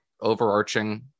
overarching